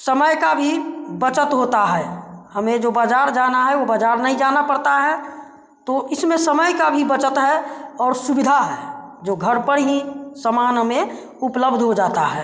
समय का भी बचत होता है हमें जो बाज़ार जाना है वो बाजार नहीं जाना पड़ता है तो इसमें समय का भी बचत है और सुविधा है जो घर पर ही सामान हमें उपलब्ध हो जाता है